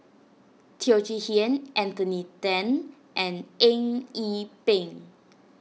Teo Chee Hean Anthony then and Eng Yee Peng